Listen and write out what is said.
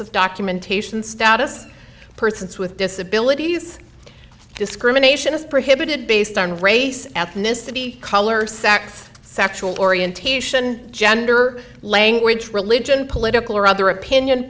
of documentation status persons with disabilities discrimination is prohibited based on race ethnicity color sex sexual orientation gender language religion political or other opinion